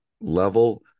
level